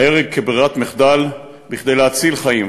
ההרג הוא ברירת מחדל כדי להציל חיים,